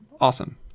awesome